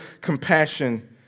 compassion